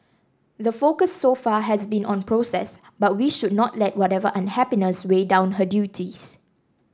the focus so far has been on process but we should not let whatever unhappiness weigh down her duties